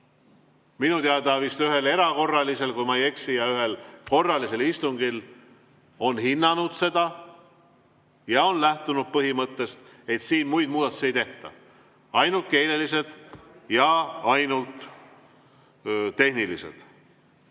minu teada vist ühel erakorralisel, kui ma ei eksi, ja ühel korralisel istungil on hinnanud seda ja on lähtunud põhimõttest, et siin muid muudatusi ei tehta. Ainult keelelised ja ainult tehnilised.